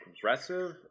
aggressive